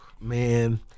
man